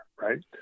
Right